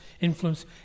influence